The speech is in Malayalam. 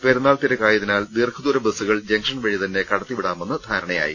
പെരുന്നാൾ തിരക്കായതിനാൽ ദീർഘദൂര ബസുകൾ ജങ്ഷൻ വഴി തന്നെ കടത്തിവിടാമെന്ന ധാരണയായി